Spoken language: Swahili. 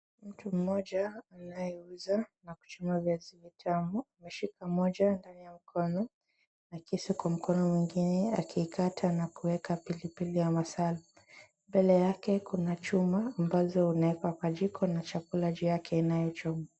Mtu mmoja anayeuza na kuchoma viazi vitamu ameshika moja ndani ya mkono na kisu kwa mkono mwingine akikata na kuweka pilipili ya masala. Mbele yake kuna chuma ambazo unaweka kwa jiko na chakula juu yake inayochoma.